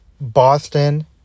boston